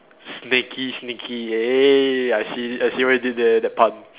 snakey sneaky eh I see I see what you did there that pun